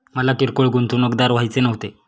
मला किरकोळ गुंतवणूकदार व्हायचे नव्हते